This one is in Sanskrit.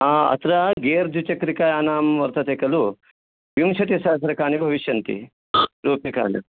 ह अत्र गेर् द्विचक्रिका यानं वर्तते खलु विंशतिसहस्रकाणि भविष्यन्ति रूप्यकाणि